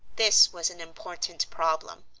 this was an important problem.